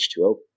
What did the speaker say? H2O